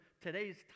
today's